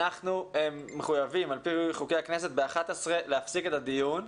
אנחנו מחויבים על פי חוקי הכנסת ב-11:00 להפסיק את הדיון,